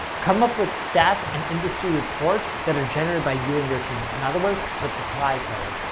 come up with stats and industry reports that are generated by you and your team. in other words, they're proprietary.